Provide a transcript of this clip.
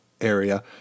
area